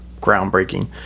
groundbreaking